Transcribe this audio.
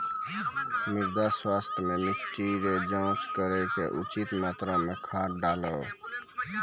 मृदा स्वास्थ्य मे मिट्टी रो जाँच करी के उचित मात्रा मे खाद डालहो